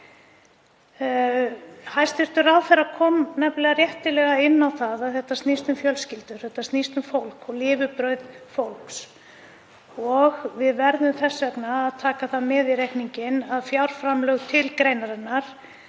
Hæstv. ráðherra kom nefnilega réttilega inn á það að þetta snýst um fjölskyldur. Þetta snýst um fólk og lifibrauð fólks. Við verðum þess vegna að taka það með í reikninginn að aukin fjárframlög til greinarinnar